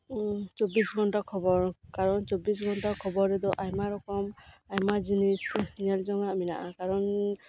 ᱪᱚᱵᱽᱵᱤᱥ ᱜᱷᱚᱱᱴᱟ ᱠᱷᱚᱵᱚᱨ ᱠᱟᱨᱚᱱ ᱪᱚᱵᱽᱵᱤᱥ ᱜᱷᱚᱱᱴᱟ ᱠᱷᱚᱵᱚᱨ ᱨᱮᱫᱚ ᱟᱭᱢᱟ ᱨᱚᱠᱚᱢ ᱟᱭᱢᱟ ᱡᱤᱱᱤᱥ ᱧᱮᱞ ᱡᱚᱝ ᱟᱜ ᱢᱮᱱᱟᱜᱼᱟ ᱠᱟᱨᱚᱱ